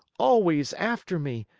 always after me,